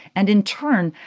and in turn,